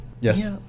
yes